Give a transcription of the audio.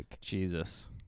Jesus